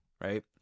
right